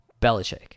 Belichick